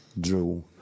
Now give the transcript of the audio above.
drew